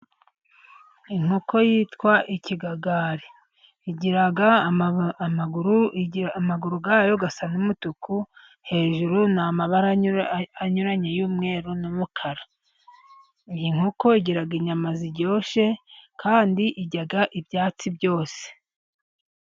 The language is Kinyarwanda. Inkoko yitwa ikigagari igira amaguru, amaguru yayo asa n'umutuku, hejuru ni amabara anyuranye y'umweru n'umukara, ni inkoko igira inyama ziryoshye kandi irya ibyatsi byose.